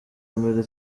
mbere